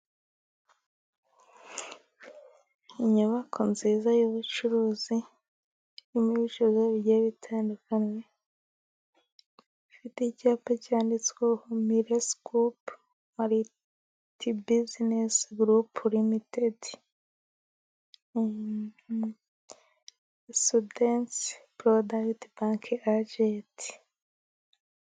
Inyubako nziza y'ubucuruzi，irimo ibicuruzwa bigiye bitandukanye， ifite icyapa cyanditsweho: Nile sikope mariti bizinesi gurupu limitedi，sudaneze porodagitsi banke ajenti.